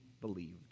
believed